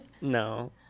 No